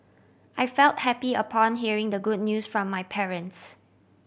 I felt happy upon hearing the good news from my parents